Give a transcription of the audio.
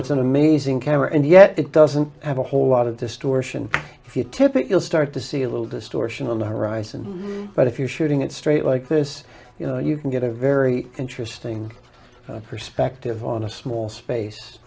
it's an amazing camera and yet it doesn't have a whole lot of distortion if you typical start to see a little distortion on the horizon but if you're shooting it straight like this you know you can get a very interesting perspective on a small space